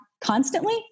constantly